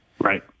Right